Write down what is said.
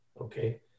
Okay